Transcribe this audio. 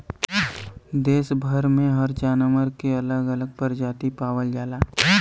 देस भर में हर जानवर के अलग अलग परजाती पावल जाला